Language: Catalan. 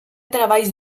treballs